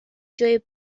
جای